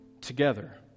together